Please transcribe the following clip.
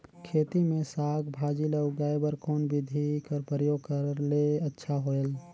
खेती मे साक भाजी ल उगाय बर कोन बिधी कर प्रयोग करले अच्छा होयल?